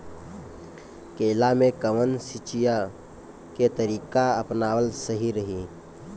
केला में कवन सिचीया के तरिका अपनावल सही रही?